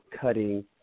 cutting